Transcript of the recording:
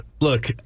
Look